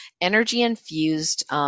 energy-infused